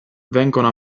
vengono